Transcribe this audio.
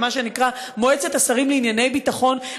מה שנקרא "מועצת השרים לענייני ביטחון".